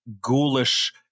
ghoulish